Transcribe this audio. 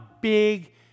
big